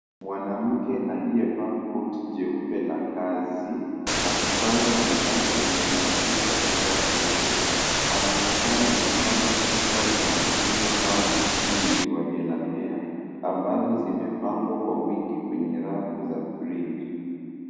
Mwanamke aliyevaa koti jeupe la kazi akipanga bidhaa kwenye rafu za duka kubwa. Anaonekana akipanga chupa za maziwa au mtindi wa Delamere ambazo zimepangwa kwa wingi kwenye rafu za friji.